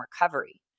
recovery